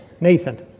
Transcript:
Nathan